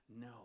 no